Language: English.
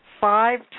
five